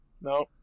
No